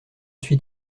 suis